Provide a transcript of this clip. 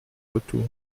retour